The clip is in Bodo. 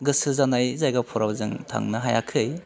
गोसो जानाय जायगाफोराव जों थांनो हायाखै